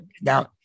Now